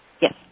Yes